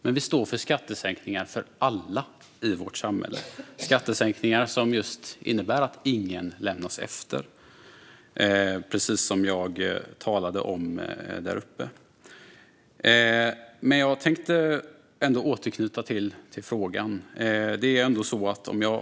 Men vi står för skattesänkningar för alla i vårt samhälle, skattesänkningar som innebär att ingen lämnas efter, vilket jag talade om i mitt huvudanförande. Jag vill återknyta till min tidigare fråga.